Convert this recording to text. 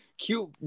cute